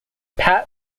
pat